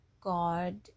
God